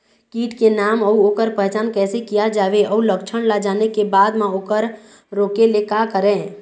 कीट के नाम अउ ओकर पहचान कैसे किया जावे अउ लक्षण ला जाने के बाद मा ओकर रोके ले का करें?